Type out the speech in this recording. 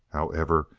however,